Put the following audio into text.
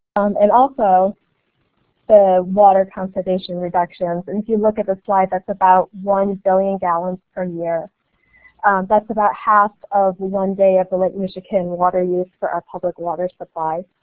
and also the water conservation reductions, and if you look at the slide that's about one billion gallons per year that's about half of one day of the lake michigan water use for our public water supply.